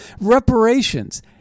reparations